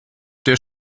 der